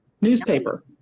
newspaper